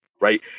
right